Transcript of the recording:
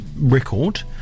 record